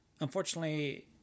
Unfortunately